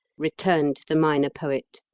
returned the minor poet.